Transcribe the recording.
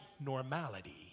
normality